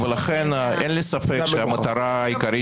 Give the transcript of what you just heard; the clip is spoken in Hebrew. אין לי ספק שהמטרה העיקרית